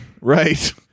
Right